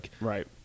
Right